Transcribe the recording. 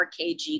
RKG